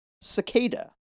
Cicada